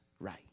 right